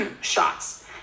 shots